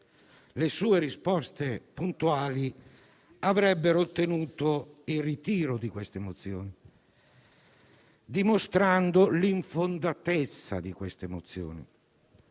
le sue risposte puntuali avrebbero ottenuto il ritiro di queste mozioni, dimostrandone l'infondatezza. Ciò, purtroppo,